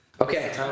Okay